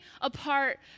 apart